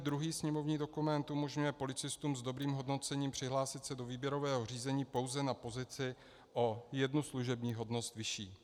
Druhý sněmovní dokument umožňuje policistům s dobrým hodnocením přihlásit se do výběrového řízení pouze na pozici o jednu služební hodnost vyšší.